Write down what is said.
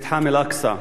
במתחם אל-אקצא,